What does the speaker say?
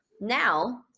now